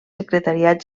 secretariat